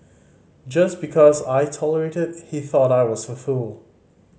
just because I tolerated he thought I was a fool